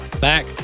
back